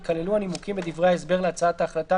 יכללו הנימוקים בדברי ההסבר להצעת ההחלטה